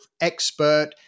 expert